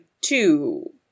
two